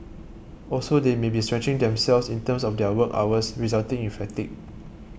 also they may be stretching themselves in terms of their work hours resulting in fatigue